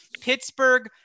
Pittsburgh